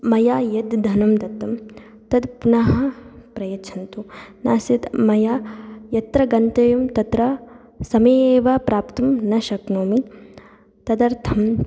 मया यद् धनं दत्तं तत् पुनः प्रयच्छन्तु नास्ति चेत् मया यत्र गन्तव्यं तत्र समये एव प्राप्तुं न शक्नोमि तदर्थं